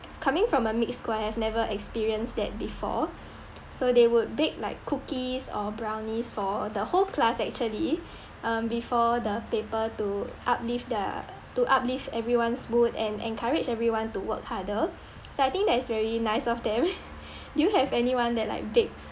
coming from a mixed school I have never experienced that before so they would bake like cookies or brownies for the whole class actually um before the paper to uplift their to uplift everyone's mood and encourage everyone to work harder so I think that is very nice of them do you have anyone that like bakes